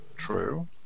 True